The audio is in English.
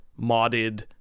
modded